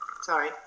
Sorry